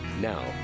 Now